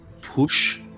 push